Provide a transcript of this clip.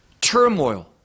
turmoil